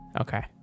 Okay